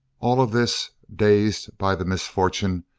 all of this, dazed by the misfortune,